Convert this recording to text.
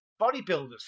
Bodybuilders